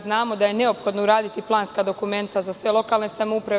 Znamo da je neophodno uraditi planska dokumenta za sve lokalne samouprave.